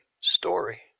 story